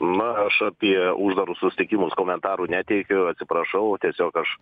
na aš apie uždarus susitikimus komentarų neteikiu atsiprašau tiesiog aš